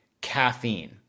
caffeine